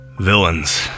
Villains